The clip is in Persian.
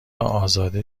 ازاده